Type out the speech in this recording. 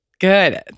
Good